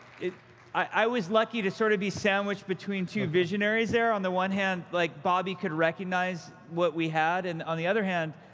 i was lucky to sort of be sandwiched between two visionaries there. on the one hand, like bobby could recognize what we had, and on the other hand,